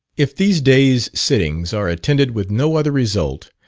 if these days' sittings are attended with no other result,